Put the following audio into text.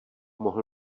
mohl